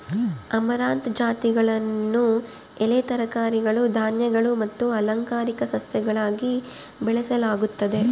amaranth ಜಾತಿಗಳನ್ನು ಎಲೆ ತರಕಾರಿಗಳು ಧಾನ್ಯಗಳು ಮತ್ತು ಅಲಂಕಾರಿಕ ಸಸ್ಯಗಳಾಗಿ ಬೆಳೆಸಲಾಗುತ್ತದೆ